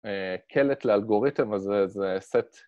‫קלט לאלגוריתם, אז זה סט...